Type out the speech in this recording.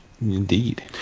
Indeed